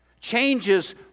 changes